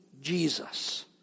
Jesus